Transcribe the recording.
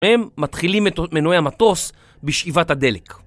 הם מתחילים את מנועי המטוס בשאיבת הדלק.